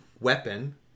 weapon